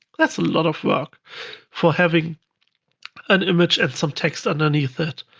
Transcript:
that's a lot of work for having an image and some text underneath it,